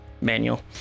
manual